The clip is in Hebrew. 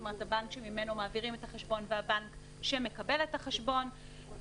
כלומר הבנק שממנו מעבירים את החשבון והבנק שמקבל את החשבון, בפעולות